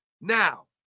Now